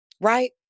Right